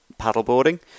paddleboarding